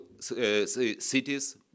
cities